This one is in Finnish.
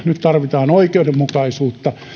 nyt tarvitaan oikeudenmukaisuutta